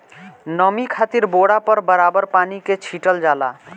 नमी खातिर बोरा पर बराबर पानी के छीटल जाला